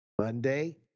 Monday